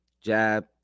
jab